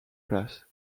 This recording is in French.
place